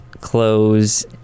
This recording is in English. close